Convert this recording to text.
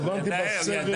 התכוונתי בסדר.